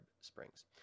Springs